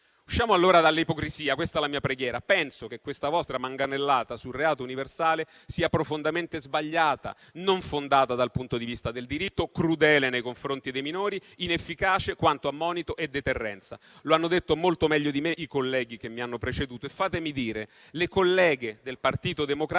Usciamo allora dall'ipocrisia, questa la mia preghiera. Penso che questa vostra manganellata sul reato universale sia profondamente sbagliata, non fondata dal punto di vista del diritto, crudele nei confronti dei minori, inefficace quanto a monito e deterrenza. Lo hanno detto molto meglio di me i colleghi che mi hanno preceduto e - fatemelo dire - le colleghe del Partito Democratico